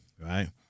right